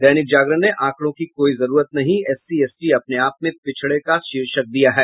दैनिक जागरण ने आंकड़ों की कोई जरूरत नहीं एससी एसटी अपने आप में पिछड़े का शीर्षक दिया है